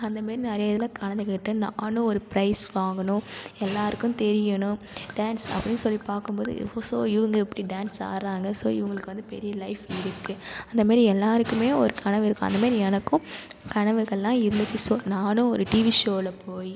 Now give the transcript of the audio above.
அந்த மாரி நிறைய இதில் கலந்துக்கிட்டு நானும் ஒரு ப்ரைஸ் வாங்குனோம் எல்லோருக்கும் தெரியனும் டான்ஸ் அப்படினு சொல்லி பார்க்கும் போது ஸோ இவங்க இப்படி டான்ஸ் ஆடுறாங்க ஸோ இவங்களுக்கு வந்து பெரிய லைஃப் இருக்குது அந்த மாரி எல்லோருக்குமே ஒரு கனவு இருக்கும் அந்த மாரி எனக்கும் கனவுங்கள்லாம் இருந்துச்சு ஸோ நான் ஆடுன ஒரு டிவி ஸோவில் போய்